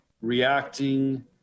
reacting